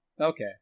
Okay